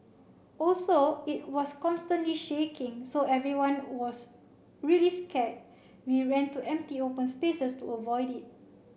also it was constantly shaking so everyone was really scared we ran to empty open spaces to avoid it